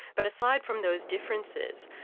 but aside from those differences,